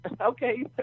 okay